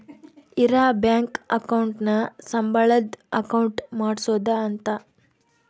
ಇರ bank account ನ ಸಂಬಳದ್ ಅಕೌಂಟ್ ಮಾಡ್ಸೋದ ಅಂತ